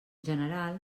general